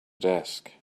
desk